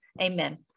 amen